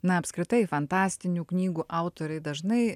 na apskritai fantastinių knygų autoriai dažnai